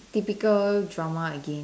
typical drama again